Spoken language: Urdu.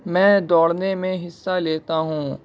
میں دوڑنے میں حصہ لیتا ہوں